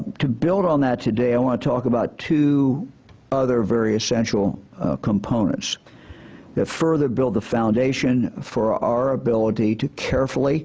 to build on that today, i want to talk about two other very essential components that further build the foundation for our ability to carefully